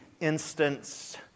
instance